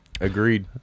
Agreed